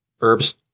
herbs